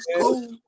cool